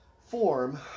form